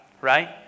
right